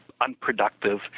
unproductive